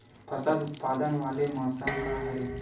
फसल उत्पादन वाले मौसम का हरे?